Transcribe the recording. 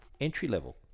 entry-level